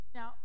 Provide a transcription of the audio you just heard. Now